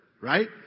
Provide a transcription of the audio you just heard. Right